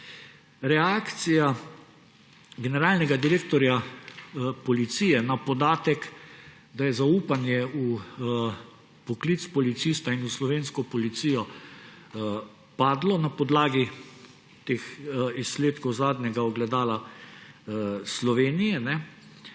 reakcija generalnega direktorja Policije na podatek, da je zaupanje v poklic policista in v slovensko policijo padlo na podlagi teh izsledkov zadnjega ogledala Slovenije,